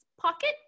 pocket